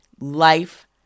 life